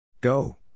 Go